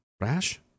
Rash